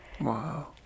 Wow